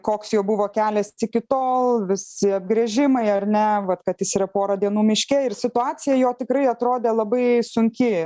koks jo buvo kelias iki tol visi apgręžimai ar ne vat kad jis yra pora dienų miške ir situacija jo tikrai atrodė labai sunki